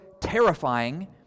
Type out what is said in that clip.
terrifying